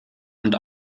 und